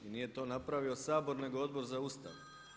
I nije to napravio Sabor nego Odbor za Ustav.